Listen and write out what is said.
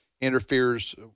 interferes